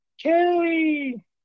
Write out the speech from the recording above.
Kelly